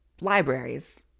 libraries